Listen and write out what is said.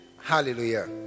Hallelujah